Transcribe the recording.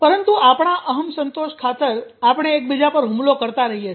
પરંતુ આપણાં અહંમ સંતોષ ખાતર આપણે એક બીજા પર હુમલો કરતા રહીએ છીએ